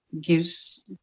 gives